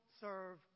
serve